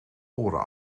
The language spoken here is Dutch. oren